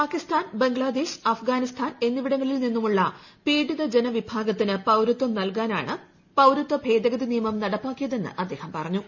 പാകിസ്ഥാൻ ബംഗ്ലാദേശ് അഫ്ഗാനിസ്ഥാൻ എന്നിവിടങ്ങളിൽ നിന്നുമുള്ള പീഡിത ജനവിഭാഗത്തിന് പൌരത്വം നൽകാനാണ് പൌരത്വ ഭേദഗതി നിയമം നടപ്പാക്കിയതെന്ന് അദ്ദേഹം പറഞ്ഞു